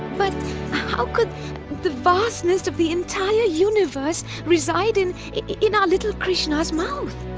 but how could the vastness of the entire universe reside in in our little krishna's mouth?